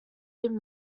him